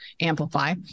Amplify